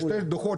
בשני דוחות